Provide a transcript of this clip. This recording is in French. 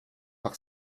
par